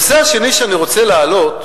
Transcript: הנושא השני שאני רוצה להעלות